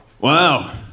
Wow